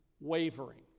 wavering